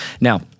Now